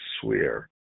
swear